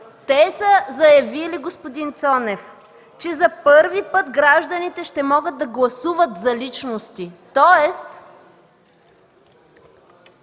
Те са заявили, господин Цонев, че за първи път гражданите ще могат да гласуват за личности, тоест